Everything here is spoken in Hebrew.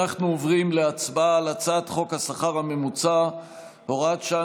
אנחנו עוברים להצבעה על הצעת חוק השכר הממוצע (הוראת שעה,